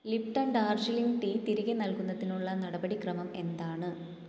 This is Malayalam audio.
ലിപ്ടൺ ഡാർജിലിംഗ് ടീ തിരികെ നൽകുന്നതിനുള്ള നടപടിക്രമം എന്താണ്